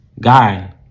guy